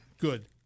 Good